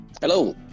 Hello